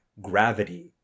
gravity